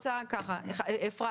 אנחנו